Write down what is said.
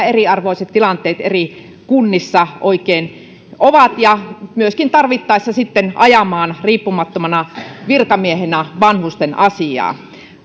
eriarvoiset tilanteet eri kunnissa oikein ovat ja myöskin tarvittaessa sitten ajamaan riippumattomana virkamiehenä vanhusten asiaa